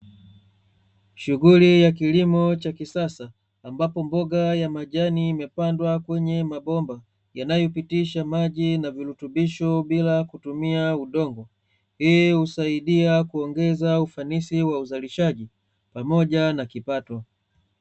Shughuli ya kilimo cha kisasa, ambapo mboga ya majani imepandwa kwenye mabomba yanayopitisha maji na virutubisho bila kutumia udongo, hii husaidia kuongeza ufanisi wa uzalishaji pamoja na kipato.